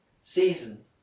season